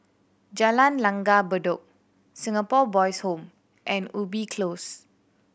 Jalan Langgar Bedok Singapore Boys' Home and Ubi Close